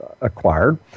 acquired